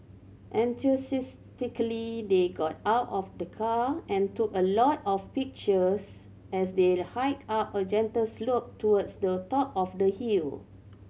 enthusiastically they got out of the car and took a lot of pictures as they hiked up a gentle slope towards the top of the hill